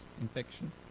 infection